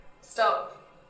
Stop